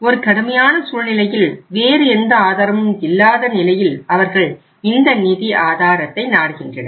ஒரு கடுமையான சூழ்நிலையில் வேறு எந்த ஆதாரமும் இல்லாத நிலையில் அவர்கள் இந்த நிதி ஆதாரத்தை நாடுகின்றனர்